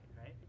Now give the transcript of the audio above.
right